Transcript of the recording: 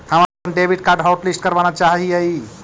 हम अपन debit card hotlist करावाना चाहा हियई